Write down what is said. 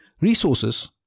resources